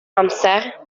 amser